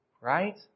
right